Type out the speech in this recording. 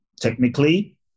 technically